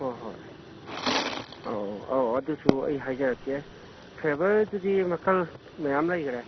ꯍꯣꯏ ꯍꯣꯏ ꯑꯧ ꯑꯧ ꯑꯧ ꯑꯗꯨꯁꯨ ꯑꯩ ꯍꯥꯏꯖꯔꯛꯀꯦ ꯐ꯭ꯂꯦꯚꯔꯗꯨꯗꯤ ꯃꯈꯜ ꯃꯌꯥꯝ ꯂꯩꯈ꯭ꯔꯦ